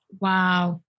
Wow